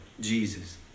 Jesus